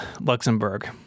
Luxembourg